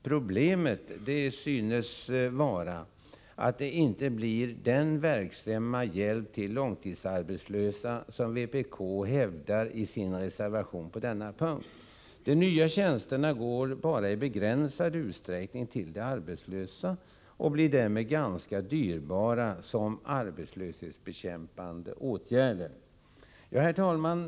Problemet synes vara att det inte blir den verksamma hjälp till de långtidsarbetslösa som vpk hävdar i sin reservation på denna punkt. De nya tjänsterna går bara i begränsad utsträckning till de arbetslösa och blir därmed ganska dyrbara som arbetslöshetsbekämpande åtgärder. Herr talman!